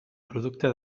producte